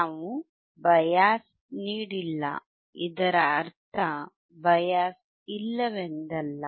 ನಾವು ಬಯಾಸ್ ನೀಡಿಲ್ಲ ಇದರ ಅರ್ಥ ಬಯಾಸ್ ಇಲ್ಲವೆಂದಲ್ಲ